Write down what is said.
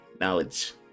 knowledge